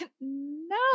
No